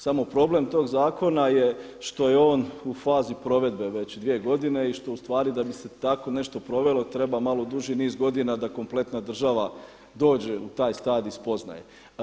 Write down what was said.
Samo problem tog zakona je što je on u fazi provedbe već 2 godine i što u stvari da bi se tako nešto provelo treba malo duži niz godina da kompletna država dođe u taj stadij spoznaje.